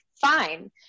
fine